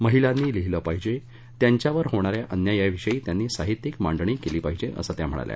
महिलांनी लिहीलं पाहिजे त्यांच्यावर होणा या अन्यायाविषयी त्यांनी साहित्यिक मांडणी केली पाहिजे असं त्या म्हणाल्या